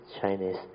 Chinese